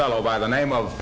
fellow by the name of